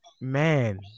man